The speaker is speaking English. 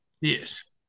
yes